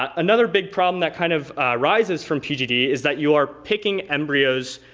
um another big problem that kind of arises from pgd is that you are picking embryos,